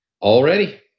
Already